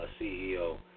CEO